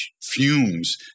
fumes